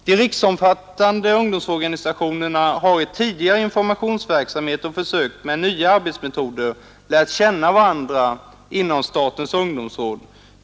De riksomfattande ungdomsorganisationerna har i tidigare informationsverksamhet och försök med nya arbetsmetoder lärt känna varandra inom Statens Ungdomsråd.